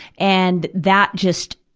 and that just,